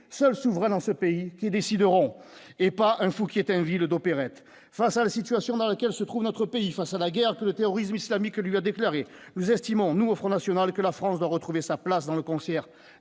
seul souverain dans ce pays qui décideront et pas un Fouquier-Tinville ou d'opérette, face à la situation dans laquelle se trouve notre pays face à la guerre que le terrorisme islamique lui a déclaré : nous estimons, nous, au Front national, que la France va retrouver sa place dans le concert